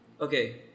Okay